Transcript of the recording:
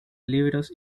libros